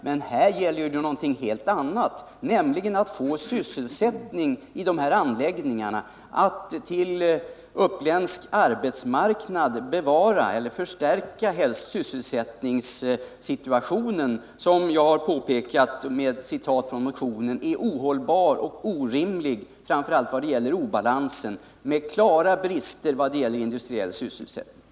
Men här gäller det någonting helt annat, nämligen att få sysselsättning i anläggningarna, att för uppländsk arbetsmarknad bevara, och helst förstärka, sysselsättningssituationen. Jag har med mitt citat ur motionen påpekat att situationen är ohållbar och orimlig, framför allt i vad gäller obalansen. Det föreligger klara brister i fråga om industriell sysselsättning.